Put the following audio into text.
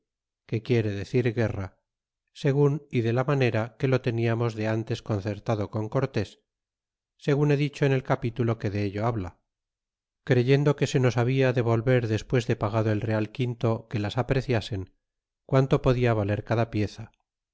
que quiere decir guerra segun y de la manera que lo teniamos de toles concertado con cortes segern he dicho en el capitulo que de ello habla creyendo que se nos habla de volver despues de pagado el real quinto que las apreciasen quanto podia valer cada pieza